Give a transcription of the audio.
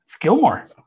Gilmore